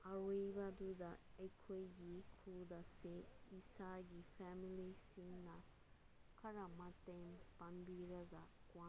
ꯑꯔꯣꯏꯕꯗꯨꯗ ꯑꯩꯈꯣꯏꯒꯤ ꯈꯨꯠ ꯑꯁꯦ ꯏꯁꯥꯒꯤ ꯐꯦꯝꯃꯤꯂꯤꯁꯤꯡꯅ ꯈꯔ ꯃꯇꯦꯡ ꯄꯥꯡꯕꯤꯔꯒ ꯈ꯭ꯋꯥꯡꯗ